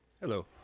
Hello